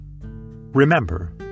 Remember